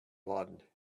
one